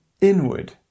inward